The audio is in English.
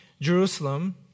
Jerusalem